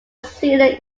zealand